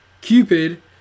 Cupid